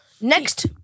Next